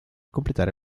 completare